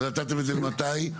נתתם את זה מתי?